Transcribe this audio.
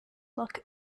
luck